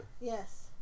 Yes